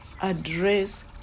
address